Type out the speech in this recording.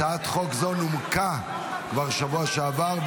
הצעת חוק זו כבר נומקה בשבוע שעבר,